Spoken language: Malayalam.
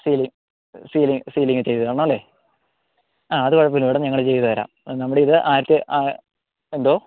സീലിങ്ങ് സീലിങ്ങ് സീലിങ്ങ് ചെയ്ത് തരണം അല്ലേ ആ അത് കുഴപ്പം ഇല്ല മാഡം ഞങ്ങൾ ചെയ്ത് തരാം നമ്മുടെ ഇത് ആയിരത്തി അ എന്തോ